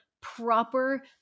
proper